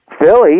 Philly –